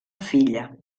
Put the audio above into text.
filla